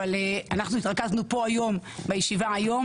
אבל אנחנו התרכזנו פה היום בישיבה היום